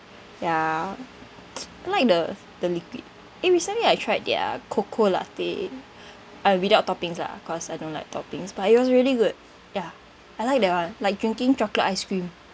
ya I like the the liquid eh recently I tried their cocoa latte uh without toppings lah cause I don't like toppings but it was really good ya I like that [one] like drinking chocolate ice cream